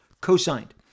co-signed